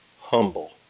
humble